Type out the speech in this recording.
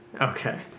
Okay